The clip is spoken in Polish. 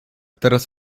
teraz